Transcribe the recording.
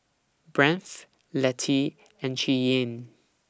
Brandt's Lettie and Cheyenne